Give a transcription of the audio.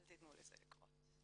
אל תתנו לזה לקרות.